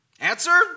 Answer